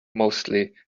mostly